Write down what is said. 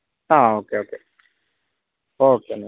ആ okay okay okay എന്നാൽ